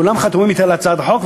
כולם חתומים אתי על הצעת החוק,